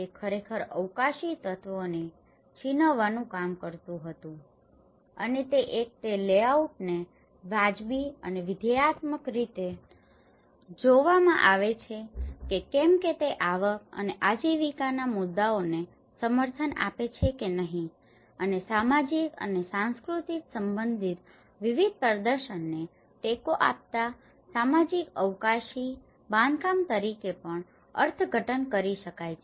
તે ખરેખર અવકાશી તત્વોને છીનવવાનું કામ કરતું હતું અને એક તે લેઆઉટને વાજબી અને વિધેયાત્મક રીતે જોવામાં આવે છે કે કેમ તે આવક અને આજીવિકાના મુદ્દાઓને સમર્થન આપે છે કે નહીં અને સામાજિક અને સાંસ્કૃતિક સંબંધિત વિવિધ પ્રદર્શનને ટેકો આપતા સામાજિક અવકાશી બાંધકામ તરીકે પણ અર્થઘટન કરી શકાય છે